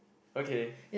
okay